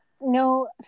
no